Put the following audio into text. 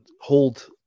hold